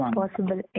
possible